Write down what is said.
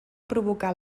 provocar